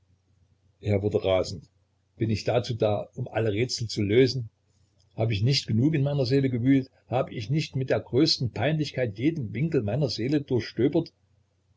er wurde rasend bin ich dazu da um alle rätsel zu lösen hab ich nicht genug in meiner seele gewühlt hab ich nicht mit der größten peinlichkeit jeden winkel meiner seele durchstöbert